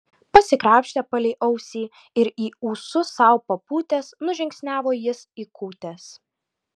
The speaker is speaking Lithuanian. pasikrapštė palei ausį ir į ūsus sau papūtęs nužingsniavo jis į kūtes